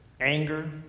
Anger